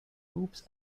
oops